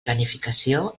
planificació